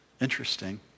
Interesting